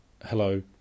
hello